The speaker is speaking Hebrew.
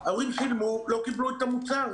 ההורים שילמו ולא קיבלו את המוצר.